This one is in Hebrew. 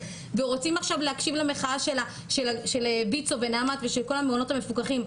ורוצים עכשיו להקשיב למחאה של ויצו ונעמת ושל כל המעונות המפוקחים,